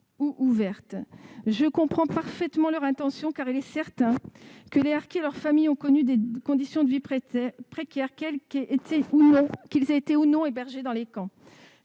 ou ouvertes ». Je comprends parfaitement l'intention de leurs auteurs : il est certain que les harkis et leurs familles ont connu des conditions de vie précaires, qu'ils aient été ou non hébergés dans des camps.